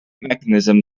mechanism